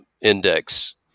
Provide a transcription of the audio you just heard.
index